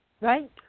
Right